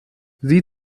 sie